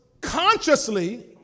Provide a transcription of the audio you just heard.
consciously